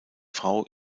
frau